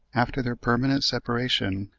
after their permanent separation,